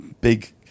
big